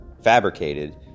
fabricated